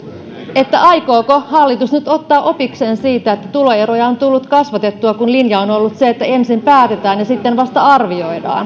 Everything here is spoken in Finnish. että aikooko hallitus nyt ottaa opikseen siitä että tuloeroja on tullut kasvatettua kun linja on on ollut se että ensin päätetään ja sitten vasta arvioidaan